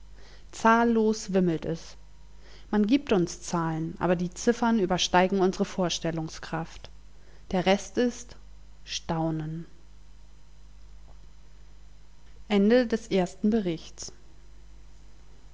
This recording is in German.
zahllos wimmelt es man gibt uns zahlen aber die ziffern übersteigen unsere vorstellungskraft der rest ist staunen